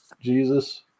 Jesus